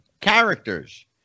characters